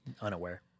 unaware